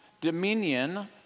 dominion